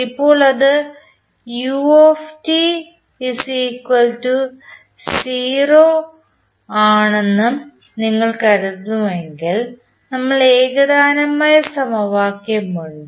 ഇപ്പോൾ അത് u0 ആണെന്ന് നിങ്ങൾ കരുതുന്നുവെങ്കിൽ നമ്മൾക്ക് ഏകതാനമായ സമവാക്യം ഉണ്ട്